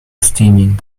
steaming